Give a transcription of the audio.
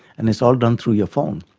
and it's all done through your phone.